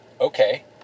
okay